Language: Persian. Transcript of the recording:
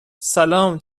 سلام